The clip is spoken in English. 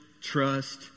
trust